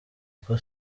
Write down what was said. uko